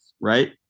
Right